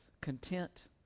content